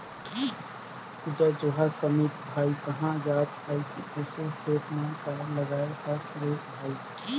जय जोहार समीत भाई, काँहा जात अहस एसो खेत म काय लगाय हस रे भई?